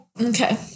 Okay